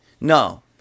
No